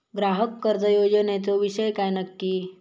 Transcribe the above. ग्राहक कर्ज योजनेचो विषय काय नक्की?